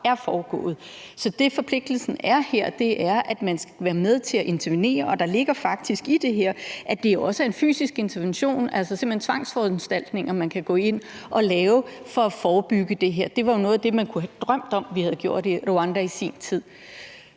er foregået. Så det, forpligtelsen er her, er, at man skal være med til at intervenere. Og der ligger faktisk i det her, at det jo også er en fysisk intervention, altså simpelt hen tvangsforanstaltninger, man kan gå ind at lave for at forebygge det her. Det var jo noget af det, man kunne have drømt om at vi havde gjort i Rwanda i sin tid.